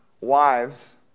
wives